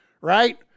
right